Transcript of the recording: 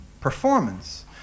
performance